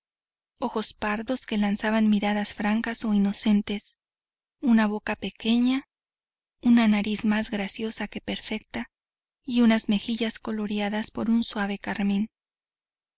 ojos pardos que lanzaban miradas francas o inocentes una boca pequeña una nariz más graciosa que perfecta y unas mejillas coloreadas por un suave carmín